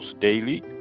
daily